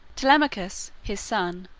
telemachus, his son,